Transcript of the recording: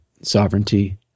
sovereignty